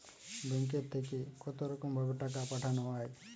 ব্যাঙ্কের থেকে কতরকম ভাবে টাকা পাঠানো য়ায়?